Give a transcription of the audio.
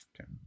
Okay